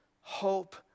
hope